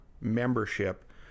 membership